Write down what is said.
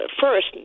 first